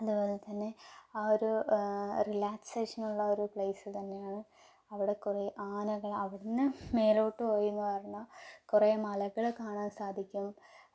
അതേപോലെ തന്നെ ആ ഒരു റിലാക്സേഷനുള്ള ഒരു പ്ലേസ് തന്നെയാണ് അവിടെ കുറേ ആനകൾ അവിടെനിന്ന് മേലോട്ട് പോയി പറഞ്ഞാൽ കുറേ മലകൾ കാണാൻ സാധിക്കും